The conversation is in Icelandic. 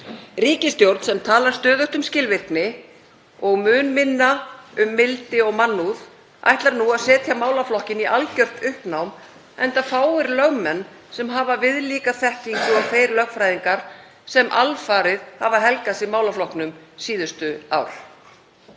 Ríkisstjórn sem talar stöðugt um skilvirkni og mun minna um mildi og mannúð ætlar nú að setja málaflokkinn í algjört uppnám, enda fáir lögmenn sem hafa viðlíka þekkingu og þeir lögfræðingar sem alfarið hafa helgað sig málaflokknum síðustu ár.